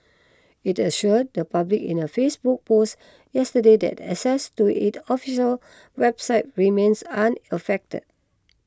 it assured the public in a Facebook post yesterday that access to its official website remains unaffected